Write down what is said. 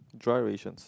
dry rations